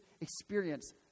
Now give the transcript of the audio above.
experience